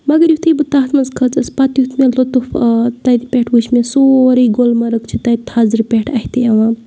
مگر یُتھُے بہٕ تَتھ منٛز کھٔژٕس پَتہٕ یُتھ مےٚ لطف آو تَتہِ پٮ۪ٹھ وٕچھ مےٚ سورُے گُلمرگ چھِ تَتہِ تھَزرٕ پٮ۪ٹھ اَتھِ یِوان